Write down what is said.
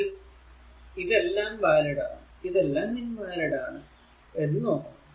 ഇതിൽ ഇതെലാം വാലിഡ് ആണ് ഏതെല്ലാം ഇൻ വാലിഡ് ആണ് എന്ന് നോക്കണം